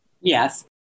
Yes